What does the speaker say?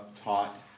taught